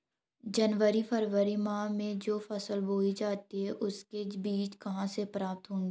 जनवरी फरवरी माह में जो फसल बोई जाती है उसके बीज कहाँ से प्राप्त होंगे?